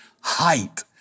height